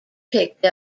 picked